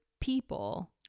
people